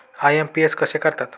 IMPS कसे करतात?